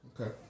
Okay